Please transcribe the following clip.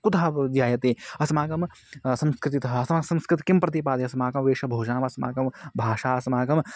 कुतः भोः जायते अस्माकं संस्कृतिः अस्माकं संस्कृतिः का प्रतिपादयति अस्माकं वेषभूषणम् अस्माकं भाषा अस्माकं